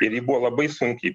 ir ji buvo labai sunkiai